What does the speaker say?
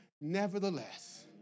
nevertheless